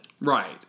Right